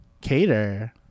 cater